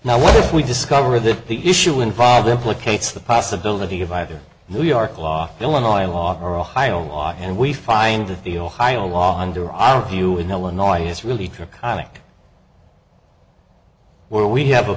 now what if we discover that the issue involved implicates the possibility of either new york law illinois law or ohio law and we find that the ohio law under our view in illinois is really true conic where we have a